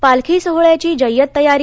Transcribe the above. पालखी सोहळ्याची जय्यत तयारी